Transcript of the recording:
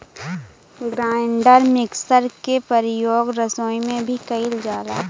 grinder mixer के परियोग रसोई में भी कइल जाला